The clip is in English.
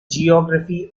geography